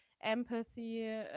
empathy